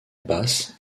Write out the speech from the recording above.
basse